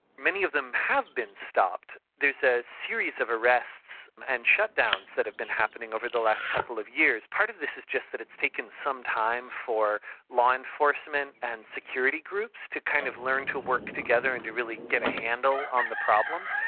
many of them have been stopped. there is a series of arrests and shutdowns that have been happening over the last couple of years. part of this is just that it's taken some time for law-enforcement and security groups to to kind of learn to work together and to really get a handle on the problem.